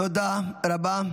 תודה רבה.